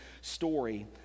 story